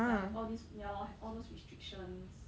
like have all these ya lor have all those restrictions